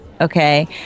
okay